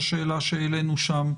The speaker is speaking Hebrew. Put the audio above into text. השאלה שהעלינו שם,